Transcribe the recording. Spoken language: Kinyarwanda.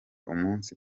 umunsi